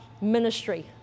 ministry